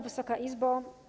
Wysoka Izbo!